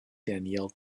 daniell